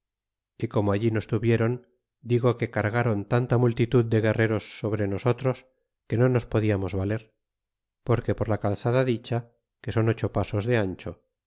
y como allí nos tuvieron digo que cargron tanta multitud de guerreros sobre nosotros que no nos podiamos valer porque por la calzada dicha que son ocho pasos de ancho